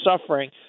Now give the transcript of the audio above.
suffering